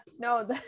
no